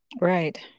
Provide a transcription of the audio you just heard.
Right